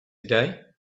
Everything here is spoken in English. day